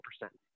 percent